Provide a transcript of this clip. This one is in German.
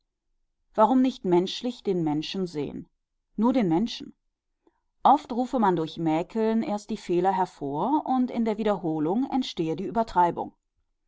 warum nicht menschlich den menschen sehen nur den menschen oft rufe man durch mäkeln erst die fehler hervor und in der wiederholung entstehe die übertreibung